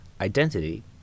identity